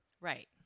Right